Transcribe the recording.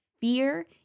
Fear